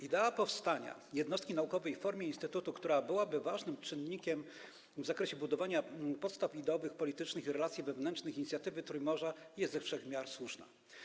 Idea powstania jednostki naukowej w formie instytutu, która byłaby ważnym czynnikiem w zakresie budowania podstaw ideowych, politycznych i relacji wewnętrznych inicjatywy Trójmorza, jest ze wszech miar słuszna.